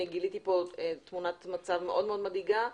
גיליתי כאן תמונת מצב מאוד מאוד מדאיגה.